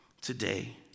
today